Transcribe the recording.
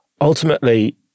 ultimately